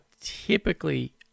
typically